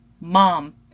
Mom